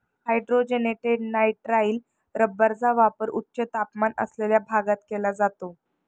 hydrogenated nitrile रबरचा वापर उच्च तापमान असलेल्या भागात केला जातो